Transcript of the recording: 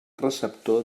receptor